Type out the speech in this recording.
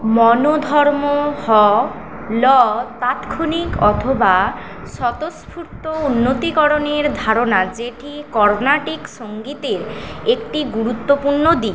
মনোধর্ম হলো তাৎক্ষণিক অথবা স্বতঃস্ফূর্ত উন্নতিকরণের ধারণা যেটি কর্নাটিক সঙ্গীতের একটি গুরুত্বপূর্ণ দিক